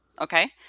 Okay